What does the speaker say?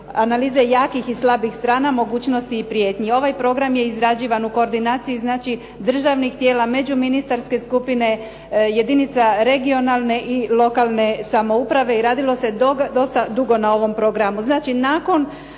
analize jakih i slabih strana, mogućnosti i prijetnji. Ovaj program je izrađivan u koordinaciji znači državnih tijela, međuministarske skupine jedinica regionalne i lokalne samouprave i radilo se dosta dugo na ovom programu.